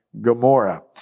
Gomorrah